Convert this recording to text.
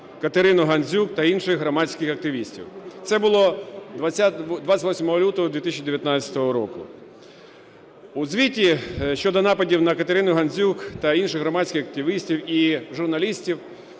Катерину Гандзюк та інших громадських активістів". Це було 28 лютого 2019 року. У звіті щодо нападів Катерину Гандзюк та інших громадських активістів і журналістів